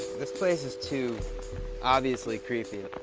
this place is too obviously creepy.